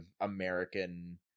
American